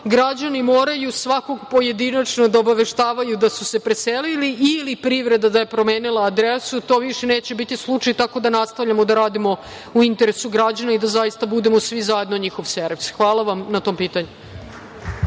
građani moraju svakog pojedinačno da obevaštavaju da su se preselili ili privreda da je promenila adresu, jer to više neće biti slučaj, tako da nastavljamo da radimo u interesu građana i da zaista budemo svi zajedno njihov servis. Hvala na tom pitanju.